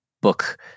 book